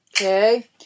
Okay